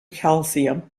calcium